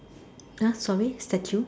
!huh! sorry statue